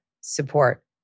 support